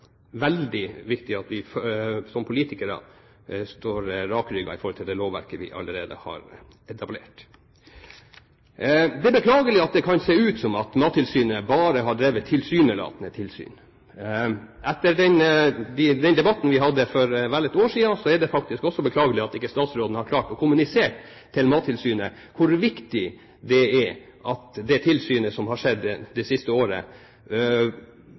veldig viktig at vi som politikere står rakrygget i forhold til det lovverket vi allerede har etablert. Det er beklagelig at det kan se ut som at Mattilsynet bare har drevet tilsynelatende tilsyn. Etter den debatten vi hadde for vel ett år siden, er det også beklagelig at statsråden ikke har klart å kommunisere til Mattilsynet hvor viktig det er at det tilsynet som har skjedd det siste året,